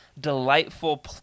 delightful